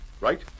Right